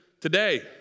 today